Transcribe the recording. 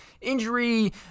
injury